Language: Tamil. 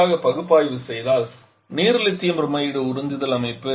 விரைவாக பகுப்பாய்வு செய்தால் நீர் லித்தியம் புரோமைடு உறிஞ்சுதல் அமைப்பு